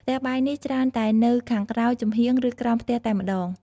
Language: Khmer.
ផ្ទះបាយនេះច្រើនតែនៅខាងក្រោយ ចំហៀង ឬក្រោមផ្ទះតែម្ដង។